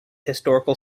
historical